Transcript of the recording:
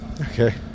Okay